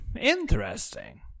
Interesting